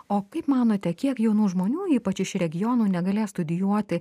o kaip manote kiek jaunų žmonių ypač iš regionų negalės studijuoti